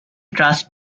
trust